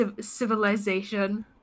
civilization